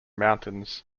mountains